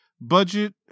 budget